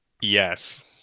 Yes